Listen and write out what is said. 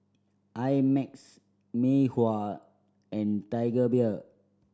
I Max Mei Hua and Tiger Beer